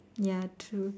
ya true